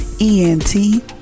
E-N-T